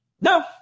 no